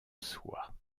soie